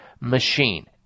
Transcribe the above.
machine